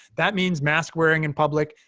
that means mask wearing in public.